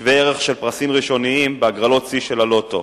שווה-ערך של פרסים ראשונים בהגרלות שיא של הלוטו,